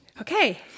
Okay